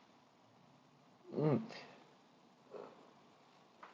mm